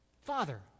Father